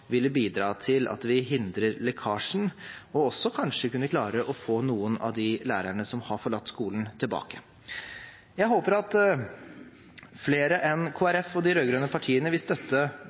ville bidra til å hindre lekkasjen og også kanskje kunne klare å få noen av de lærerne som har forlatt skolen, tilbake. Jeg håper at flere enn Kristelig Folkeparti og de rød-grønne partiene vil støtte